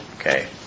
Okay